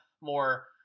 more